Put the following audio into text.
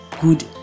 good